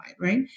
right